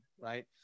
right